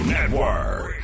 Network